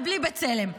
ובלי בצלם,